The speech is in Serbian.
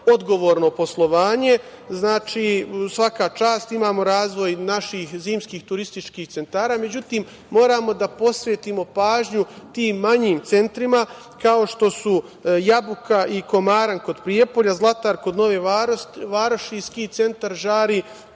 odgovorno poslovanje. Svaka čast, imamo razvoj naših zimskih turističkih centara. Međutim, moramo da posvetimo pažnju tim manjim centrima kao što su Jabuka i Komaran kod Prijepolja, Zlatar kod Nove Varoši i Ski centar Žari